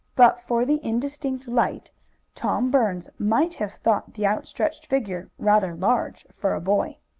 but for the indistinct light tom burns might have thought the outstretched figure rather large for a boy.